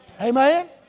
Amen